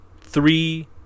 three